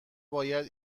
باید